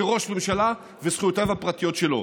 כראש ממשלה וזכויותיו הפרטיות שלו.